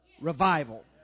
revival